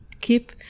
keep